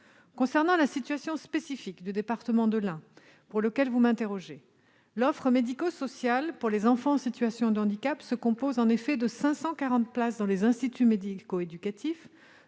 Concernant la situation spécifique du département de l'Ain, sur laquelle vous m'interrogez, l'offre médico-sociale pour les enfants en situation de handicap se compose en effet de 540 places dans les IME, de 407 places